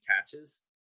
catches